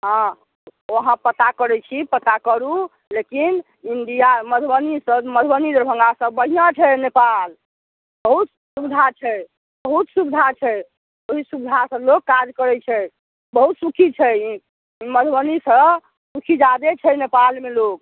हाँ ओ अहाँ पता करै छी पता करू लेकिन इण्डिया मधुबनीसँ मधुबनी दरभंगासँ बढ़िआँ छै नेपाल बहुत सुविधा छै बहुत सुविधा छै ओहि सुविधासँ लोक काज करै छै बहुत सुखी छै ई मधुबनीसँ सुखी जादे छै नेपालमे लोक